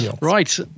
Right